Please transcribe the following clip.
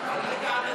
על רקע עדתי.